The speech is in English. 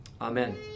Amen